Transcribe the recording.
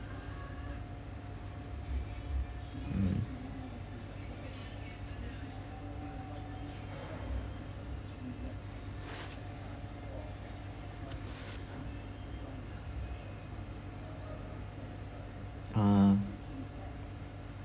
mm uh